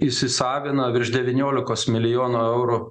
įsisavino virš devyniolikos milijonų eurų